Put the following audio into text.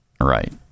Right